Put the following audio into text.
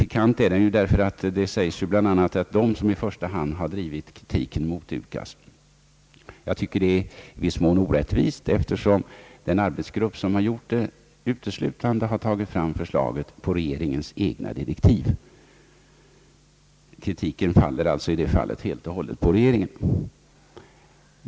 Situationen är pikant, därför att det sägs att det är kommunisterna som i första hand har drivit kritiken mot UKAS. Den arbetsgrupp som utformade förslaget gjorde det uteslutande på direktiv från regeringen. Kritiken mot förslaget faller alltså helt och hållet på regeringen.